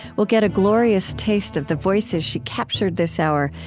we'll get a glorious taste of the voices she captured this hour,